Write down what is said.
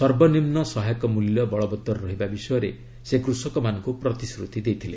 ସର୍ବନିମ୍ନ ସହାୟକ ମୂଲ୍ୟ ବଳବତ୍ତର ରହିବା ବିଷୟରେ ସେ କୃଷକମାନଙ୍କୁ ପ୍ରତିଶ୍ରତି ଦେଇଥିଲେ